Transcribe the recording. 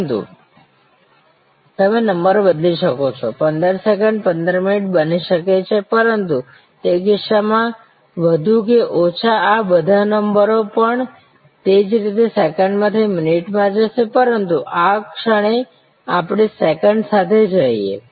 પરંતુ તમે નંબર બદલી શકો છો 15 સેકન્ડ 15 મિનિટ બની શકે છે પરંતુ તે કિસ્સામાં વધુ કે ઓછા આ બધા નંબરો પણ તે જ રીતે સેકન્ડથી મિનિટમાં જશે પરંતુ આ ક્ષણે આપણે સેકંડ સાથે જ રહીએ